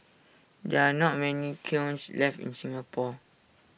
there are not many kilns left in Singapore